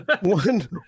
One